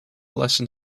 lesson